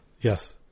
Yes